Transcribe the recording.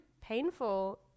painful